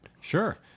Sure